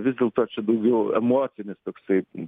vis dėlto čia daugiau emocinis toksai